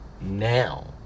now